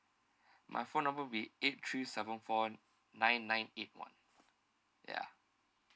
my phone number would be eight three seven four nine nine eight one ya